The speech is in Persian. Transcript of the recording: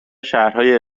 شهرهای